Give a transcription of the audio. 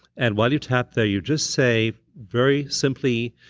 and while you tap there you just say very simply,